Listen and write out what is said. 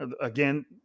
Again